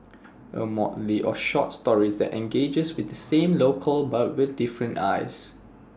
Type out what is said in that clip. A motley of short stories that engages with the same locale but with different eyes